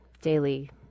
daily